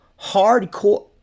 hardcore